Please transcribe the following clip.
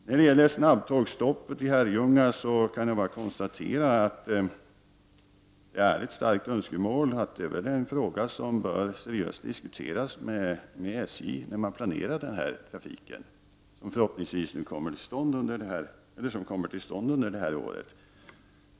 När det gäller snabbtågsstoppet i Herrljunga kan jag bara konstatera att det är ett starkt önskemål och att det väl är en fråga som bör diskuteras seriöst med SJ när man planerar den här trafiken som kommer till stånd under detta år.